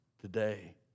today